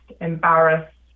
embarrassed